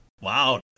wow